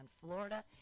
Florida